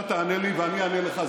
אתה תענה לי ואני אענה לך.